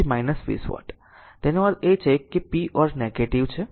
તેથી 20 વોટ તેનો અર્થ છે કે p or નેગેટીવ છે